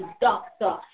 doctor